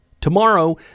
Tomorrow